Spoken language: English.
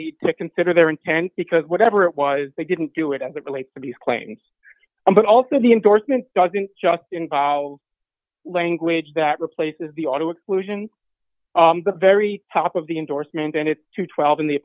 need to consider their intent because whatever it was they didn't do it and that relates to these claims but also the endorsement doesn't just involve language that replaces the auto exclusions the very top of the indorsement and it to twelve in the